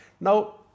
Now